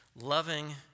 loving